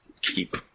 Keep